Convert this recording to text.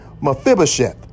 Mephibosheth